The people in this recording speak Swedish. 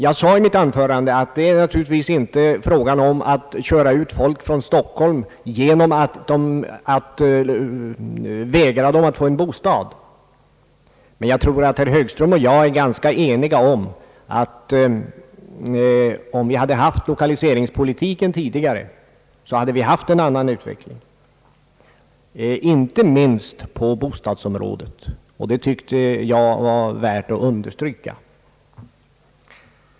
Jag sade i mitt anförande att det naturligtvis inte är fråga om att köra ut folk från Stockholm genom att vägra dem att få en bostad. Men jag tror att herr Högström och jag är ganska eniga om att om vi hade genomfört lokaliseringspolitiken tidigare så hade vi haft en annan utveckling, inte minst på bostadsområdet, och det tycker jag är värt att understryka.